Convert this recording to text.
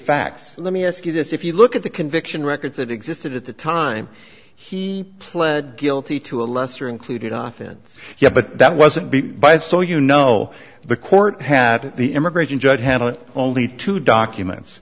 facts let me ask you this if you look at the conviction records that existed at the time he pled guilty to a lesser included offense yes but that wasn't by it so you know the court had the immigration judge handle it only two documents